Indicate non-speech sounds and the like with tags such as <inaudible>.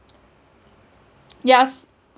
<noise> yes